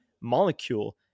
molecule